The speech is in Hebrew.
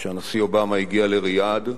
כשהנשיא אובמה הגיע לריאד,